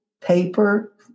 paper